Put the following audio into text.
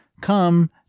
come